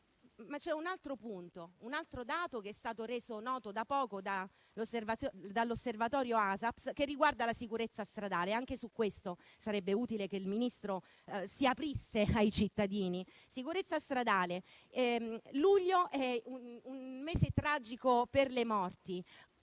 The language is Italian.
però un altro punto, un altro dato che è stato reso noto da poco dall'osservatorio ASAPS, che riguarda la sicurezza stradale, e anche su questo sarebbe utile che il Ministro si aprisse ai cittadini. Dal punto di vista della sicurezza stradale, luglio è un mese tragico per le morti,